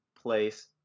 place